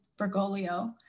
Bergoglio